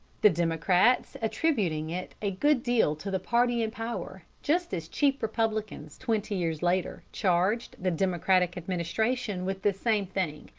the democrats attributing it a good deal to the party in power, just as cheap republicans twenty years later charged the democratic administration with this same thing.